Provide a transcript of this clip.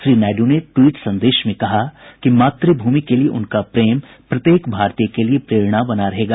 श्री नायडू ने ट्वीट संदेश में कहा कि मातभूमि के लिए उनका प्रेम प्रत्येक भारतीय के लिए प्रेरणा बना रहेगा